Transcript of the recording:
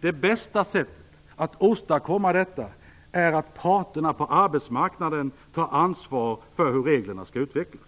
Det bästa sättet att åstadkomma detta är att parterna på arbetsmarknaden tar ansvar för hur reglerna skall utvecklas.